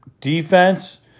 defense